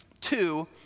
Two